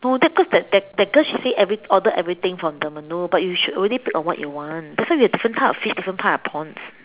no that cause that that that girl she said every~ order everything from the menu but you should already pick on what you want that's why we have different type of fish different type of prawns